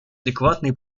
адекватные